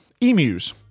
Emus